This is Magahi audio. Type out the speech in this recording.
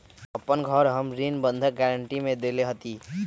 अपन घर हम ऋण बंधक गरान्टी में देले हती